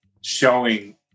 showing